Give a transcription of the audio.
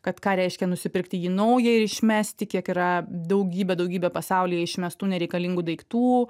kad ką reiškia nusipirkti jį naują ir išmesti kiek yra daugybė daugybė pasaulyje išmestų nereikalingų daiktų